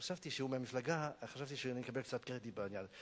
חשבתי שהוא מהמפלגה ולכן אני אקבל קצת קרדיט בעניין.